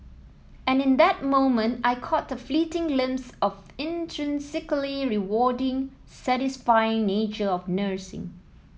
and in that moment I caught a fleeting glimpse of the intrinsically rewarding satisfying nature of nursing